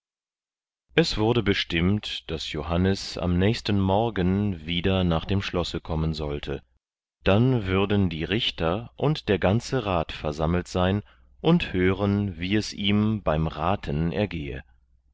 es wurde bestimmt daß johannes am nächsten morgen wieder nach dem schlosse kommen sollte dann würden die richter und der ganze rat versammelt sein und hören wie es ihm beim raten ergehe